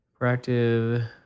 Proactive